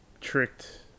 tricked